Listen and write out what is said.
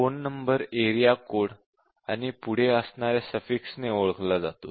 phone number area code आणि पुढे असणाऱ्या सफीक्स ने ओळखला जातो